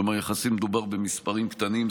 כלומר, יחסית מדובר במספרים קטנים.